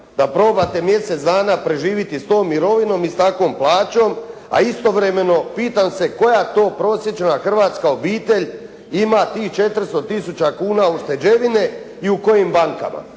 da probate mjesec dana preživjeti s tom mirovinom i s takvom plaćom, a istovremeno pitam se koja to prosječna hrvatska obitelj ima tih 400 tisuća kuna ušteđevine i u kojim bankama.